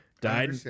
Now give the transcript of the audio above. died